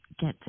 get